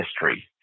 history